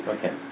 Okay